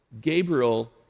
Gabriel